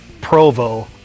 Provo